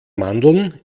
mandeln